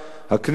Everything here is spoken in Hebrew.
הכנסת